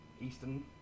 Eastern